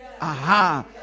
Aha